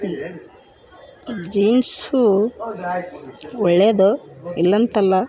jeans ಒಳ್ಳೆಯದು ಇಲ್ಲಂತಲ್ಲ